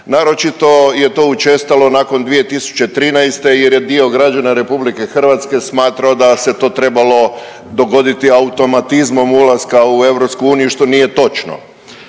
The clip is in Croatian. Naročito je to učestalo nakon 2013. jer je dio građana Republike Hrvatske smatrao da se to trebalo dogoditi automatizmom ulaska u EU što nije točno.